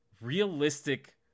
realistic